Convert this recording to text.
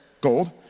gold